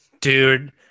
Dude